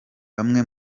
bamwe